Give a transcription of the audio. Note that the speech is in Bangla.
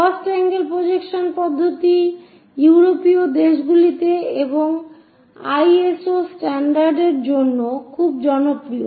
ফার্স্ট আঙ্গেল প্রজেকশন পদ্ধতি ইউরোপীয় দেশগুলিতে এবং আইএসও স্ট্যান্ডার্ড এর জন্য খুব জনপ্রিয়